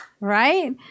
right